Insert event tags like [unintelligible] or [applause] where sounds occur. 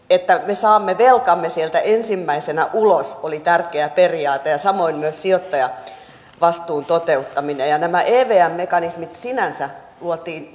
että me saamme velkamme sieltä ensimmäisenä ulos oli tärkeä periaate ja samoin sijoittajavastuun toteuttaminen nämä evm mekanismit sinänsä luotiin [unintelligible]